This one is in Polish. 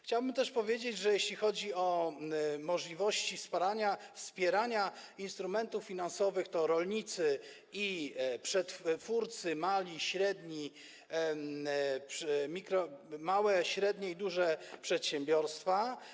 Chciałbym też powiedzieć, że jeśli chodzi o możliwości wspierania instrumentów finansowych, to są to rolnicy i przetwórcy mali, średni, małe, średnie i duże przedsiębiorstwa.